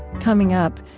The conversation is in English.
coming up,